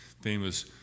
famous